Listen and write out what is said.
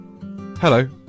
Hello